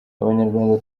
abanyarwanda